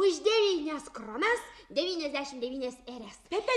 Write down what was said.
už devynias kronas devyniasdešimt devynias erias pepe